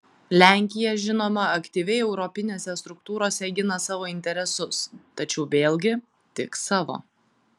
lenkija žinoma aktyviai europinėse struktūrose gina savo interesus tačiau vėlgi tik savo